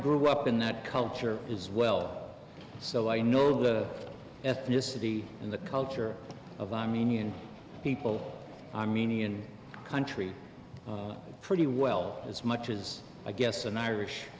grew up in that culture as well so i know the ethnicity and the culture of armenian people i mean ian country pretty well as much as i guess an irish